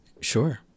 Sure